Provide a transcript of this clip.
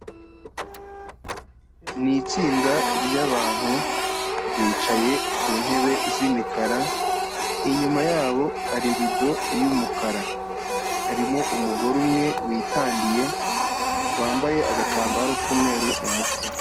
Ni itsinda ry'abantu bicaye ku ntebe z'imikara, inyuma yabo hari rido y'umukara, harimo umugore umwe witangiye, wambaye agatambaro k'umweru mu mutwe.